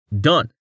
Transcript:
Done